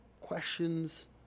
questions